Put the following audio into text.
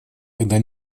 когда